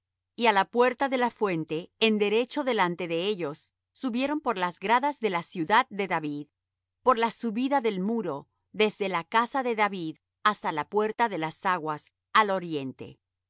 y á la puerta de la fuente en derecho delante de ellos subieron por las gradas de la ciudad de david por la subida del muro desde la casa de david hasta la puerta de las aguas al oriente y